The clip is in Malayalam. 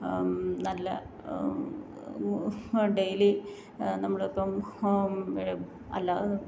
നല്ല ഡെയിലി നമ്മളിപ്പം അല്ലാതെ